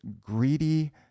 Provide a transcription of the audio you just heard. greedy